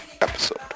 episode